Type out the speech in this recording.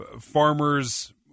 farmers